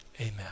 amen